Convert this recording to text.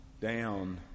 down